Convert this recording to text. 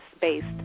based